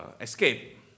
escape